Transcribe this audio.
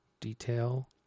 detail